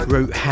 Root